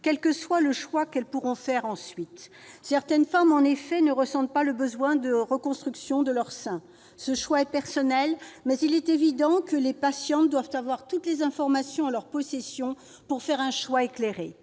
quel que soit leur choix ensuite. Certaines femmes, en effet, ne ressentent pas le besoin de reconstruction de leur sein. Ce choix est personnel, mais il est évident que les patientes doivent disposer de toutes les informations pour faire un choix éclairé.